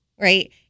right